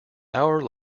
hour